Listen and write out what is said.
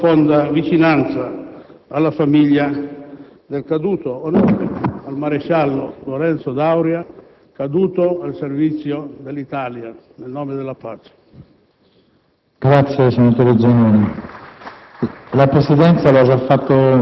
un commosso augurio ai feriti e una profonda vicinanza alla famiglia del caduto; onore al maresciallo Lorenzo D'Auria, caduto al servizio militare nel nome della pace.